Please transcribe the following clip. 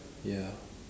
ya